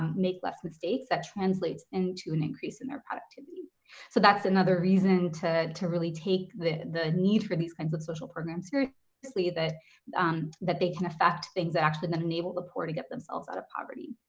make less mistakes that translates into an increase in their productivity so that's another reason to to really take the the need for these kinds of social programs seriously that that they can affect things that actually then enable the poor to get themselves out of poverty.